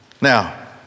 Now